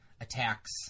attack's